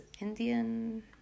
indian